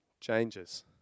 changes